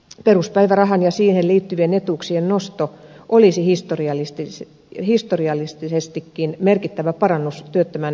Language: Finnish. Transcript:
peruspäivärahan ja siihen liittyvien etuuksien nosto olisi historiallisestikin merkittävä parannus työttömän työnhakijan toimeentuloon